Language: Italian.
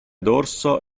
dorso